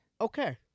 Okay